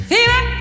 Fever